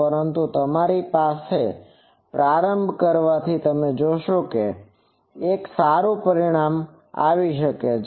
પરંતુ તમારી સાથે પ્રારંભ કરવાથી તમે જોશો કે આ એક સારું પરિણામ આપે છે